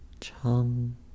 Chum